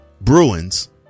Bruins